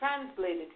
translated